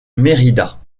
mérida